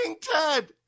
Ted